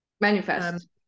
manifest